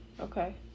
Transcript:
okay